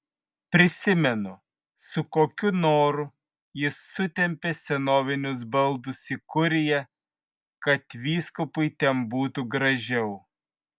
prisimenu su kokiu noru jis sutempė senovinius baldus į kuriją kad vyskupui ten būtų gražiau